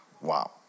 Wow